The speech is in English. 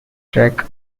track